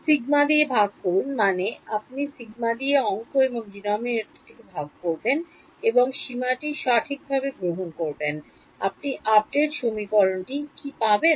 sigma দিয়ে ভাগ করুন মানে আপনি সিগমা দিয়ে অঙ্ক এবং ডিনোমিনেটরকে ভাগ করবেন এবং সীমাটি সঠিকভাবে গ্রহণ করবেন আপনি আপডেট সমীকরণটি কী পাবেন